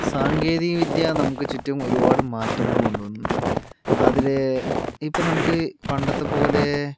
സാങ്കേതികവിദ്യ നമുക്കുചുറ്റും ഒരുപാട് മാറ്റങ്ങൾ കൊണ്ടുവന്നിട്ടുണ്ട് അതിലെ ഇപ്പോൾ നമുക്ക് പണ്ടത്തെപ്പോലെ